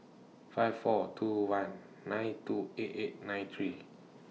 five four two one nine two eight eight nine three